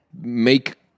make